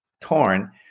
torn